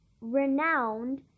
renowned